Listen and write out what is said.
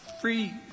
free